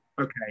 okay